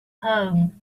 home